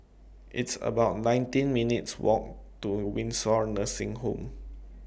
It's about nineteen minutes' Walk to Windsor Nursing Home